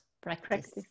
Practice